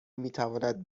میتواند